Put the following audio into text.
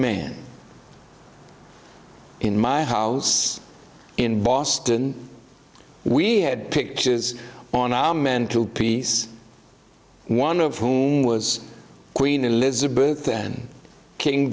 man in my house in boston we had pictures on our men two piece one of whom was queen elizabeth then king